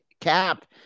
Cap